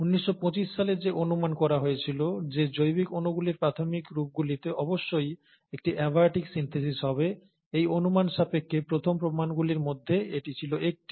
1925 সালে যে অনুমান করা হয়েছিল যে জৈবিক অণুগুলির প্রাথমিক রূপগুলিতে অবশ্যই একটি অ্যাবায়োটিক সিন্থেসিস হবে এই অনুমান সাপেক্ষে প্রথম প্রমাণগুলির মধ্যে এটি ছিল একটি